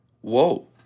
Whoa